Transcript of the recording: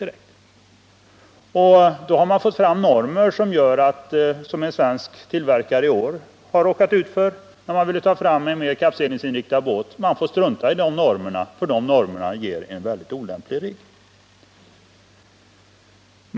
På det här viset har man fått fram normer som är sådana — det har en svensk tillverkare råkat ut för i år — att om man vill ta fram en mer kappseglingsinriktad båt, så måste man strunta i dem; de ger nämligen en mycket olämplig rigg.